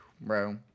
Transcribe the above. bro